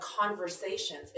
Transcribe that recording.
conversations